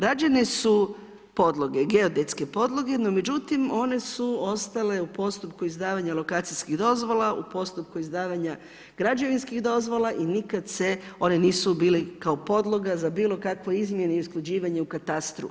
Rađene su podloge, geodetske podloge no međutim one su ostale u postupku izdavanja lokacijskih dozvola, u postupku izdavanja građevinskih dozvola i nikad se one nisu bili kao podloga za bilo kakvo izmjene i usklađivanje u katastru.